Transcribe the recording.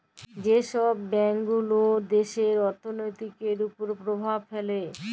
যে ছব ব্যাংকগুলা দ্যাশের অথ্থলিতির উপর পরভাব ফেলে